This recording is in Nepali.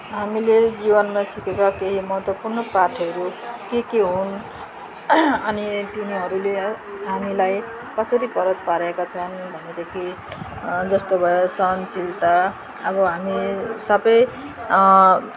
हामीले जीवनमा सिकेका केही महत्त्वपूर्ण बातहरू के के हुन् अनि तिनीहरूले हामीलाई कसरी फरक पराएका छन् भनेदेखि जस्तो भयो सहनशीलता अब हामी सबै